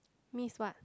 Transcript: means what